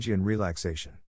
relaxation